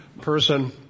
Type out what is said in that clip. person